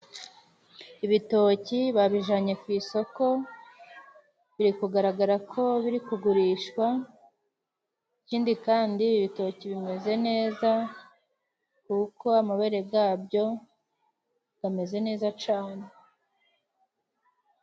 Ibitoki babijyanye ku isoko biri kugaragara ko biri kugurishwa. Ikindi kandi ibitoki bimeze neza kuko amabere gabyo gameze neza cane.